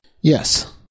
Yes